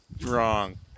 Wrong